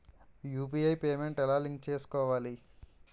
UPI payment ఎలా link చేసుకోవాలి?